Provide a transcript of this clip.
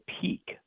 peak